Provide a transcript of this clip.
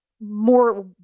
more